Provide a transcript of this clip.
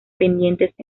pendientes